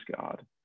God